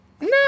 No